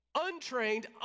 untrained